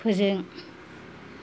फोजों